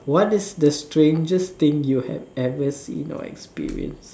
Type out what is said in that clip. what is the strangest thing you have ever seen or experienced